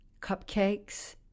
cupcakes